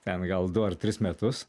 ten gal du ar tris metus